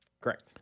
Correct